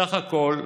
בסך הכול,